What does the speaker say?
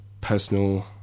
personal